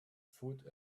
food